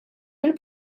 mill